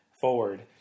forward